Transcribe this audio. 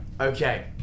Okay